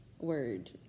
word